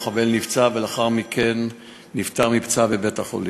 המחבל נפצע, ולאחר מכן נפטר מפצעיו בבית-החולים.